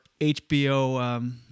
HBO